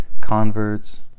converts